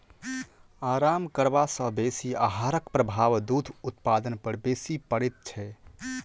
आराम करबा सॅ बेसी आहारक प्रभाव दूध उत्पादन पर बेसी पड़ैत छै